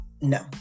no